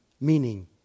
Meaning